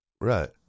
Right